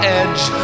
edge